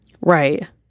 Right